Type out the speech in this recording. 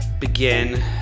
begin